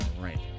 Right